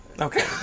Okay